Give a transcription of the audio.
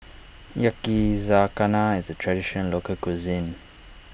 Yakizakana is a Traditional Local Cuisine